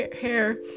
hair